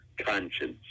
conscience